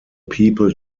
people